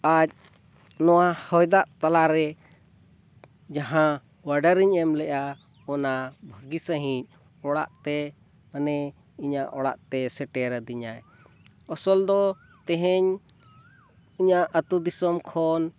ᱟᱡ ᱱᱚᱣᱟ ᱦᱚᱭᱫᱟᱜ ᱛᱟᱞᱟ ᱨᱮ ᱡᱟᱦᱟᱸ ᱚᱰᱟᱨᱤᱧ ᱮᱢ ᱞᱮᱜᱼᱟ ᱚᱱᱟ ᱵᱷᱟᱹᱜᱤ ᱥᱟᱺᱦᱤᱡ ᱚᱲᱟᱜ ᱛᱮ ᱢᱟᱱᱮ ᱤᱧᱟᱹᱜ ᱚᱲᱟᱜ ᱛᱮ ᱥᱮᱴᱮᱨ ᱟᱹᱫᱤᱧᱟᱭ ᱟᱥᱚᱞ ᱫᱚ ᱛᱮᱦᱮᱧ ᱤᱧᱟᱹᱜ ᱟᱛᱳ ᱫᱤᱥᱚᱢ ᱠᱷᱚᱱ